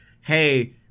hey